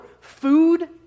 food